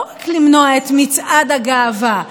לא רק למנוע את מצעד הגאווה,